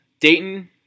Dayton